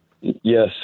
Yes